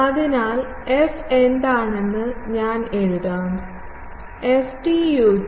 അതിനാൽ f എന്താണെന്ന് ഞാൻ എഴുതാം ft ut plus fz z